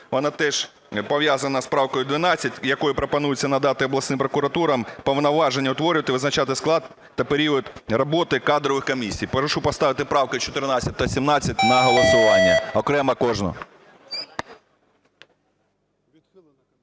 Вона теж пов'язана з правкою 12, якою пропонується надати обласним прокуратурам повноваження утворювати, визначати склад та період роботи кадрових комісій. Прошу поставити правки 14 та 17 на голосування окремо кожну.